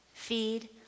Feed